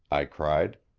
i cried.